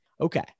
Okay